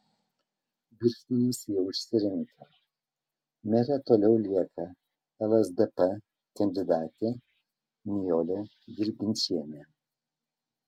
birštonas jau išsirinko mere toliau lieka lsdp kandidatė nijolė dirginčienė